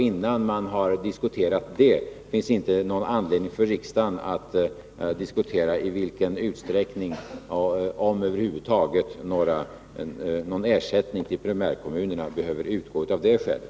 Innan man har diskuterat detta finns det inte någon anledning för riksdagen att föra en debatt om i vilken utsträckning någon ersättning behöver utgå — om det över huvud taget behöver utgå någon ersättning till primärkommunerna av det nämnda skälet.